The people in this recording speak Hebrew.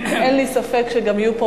אין לי ספק שגם יהיו פה